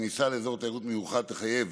כניסה לאזור תיירות מיוחד תחייב